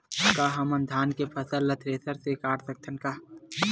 का हमन धान के फसल ला थ्रेसर से काट सकथन का?